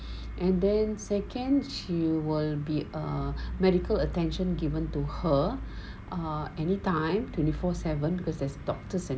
and then second will be err medical attention given to her ah anytime twenty four seven because there is doctors and